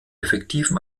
effektiven